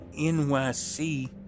NYC